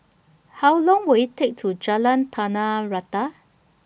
How Long Will IT Take to Jalan Tanah Rata